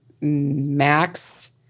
max